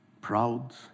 Proud